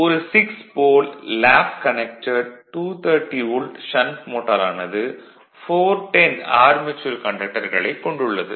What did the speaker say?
ஒரு 6 pole lap connected 230 volt shunt மோட்டாரானது 410 armature கண்டக்டர்களைக் கொண்டுள்ளது